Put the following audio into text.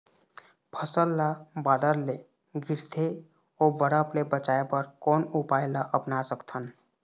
फसल ला बादर ले गिरथे ओ बरफ ले बचाए बर कोन उपाय ला अपना सकथन?